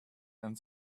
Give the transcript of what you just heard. and